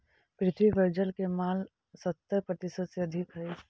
पृथ्वी पर जल के मात्रा सत्तर प्रतिशत से अधिक हई